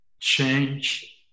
change